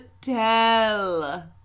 tell